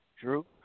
Drew